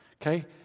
okay